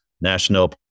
national